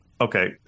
okay